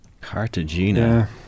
Cartagena